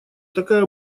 такая